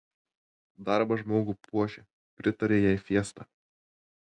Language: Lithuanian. darbas žmogų puošia pritarė jai fiesta